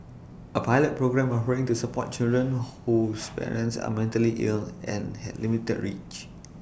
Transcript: A pilot programme offering the support to children whose parents are mentally ill and had limited reach